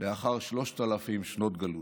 לאחר שלושת אלפים שנות גלות.